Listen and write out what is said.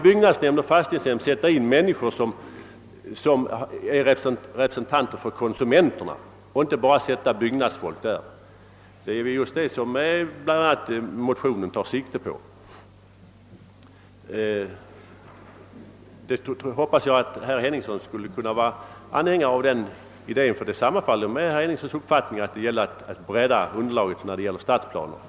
Under sådana förhållanden skall valman i byggnadsoch fastighetsnämnderna sätta in representanter för konsumenterna och inte bara ta in byggfolk. Det är ju bl.a. detta som motionen syftar till. Jag tycker dessutom att herr Henningsson skulle kunna vara anhängare av denna idé eftersom den sammanfaller med hans uppfattning om att det är angeläget att bredda underlaget för stadsplanerna.